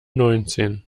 neunzehn